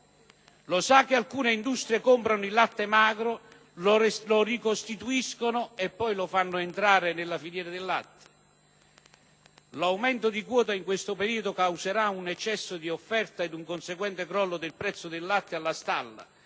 Lo sa che alcune industrie comprano il latte magro, lo ricostituiscono e poi lo fanno entrare nella filiera del latte? L'aumento di quota in questo periodo causerà un eccesso di offerta ed un conseguente crollo del prezzo del latte alla stalla,